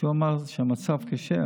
כשהוא אמר שהמצב קשה,